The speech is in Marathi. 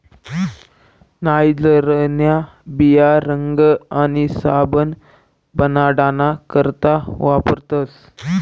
नाइजरन्या बिया रंग आणि साबण बनाडाना करता वापरतस